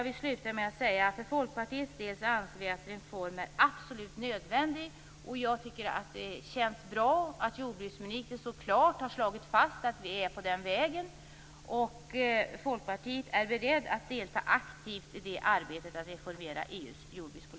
Vi i Folkpartiet anser att en reform är absolut nödvändig. Det känns bra att jordbruksministern så klart har slagit fast att vi nu är på den vägen. Vi i Folkpartiet är beredda på att aktivt delta i arbetet med att reformera EU:s jordbrukspolitik.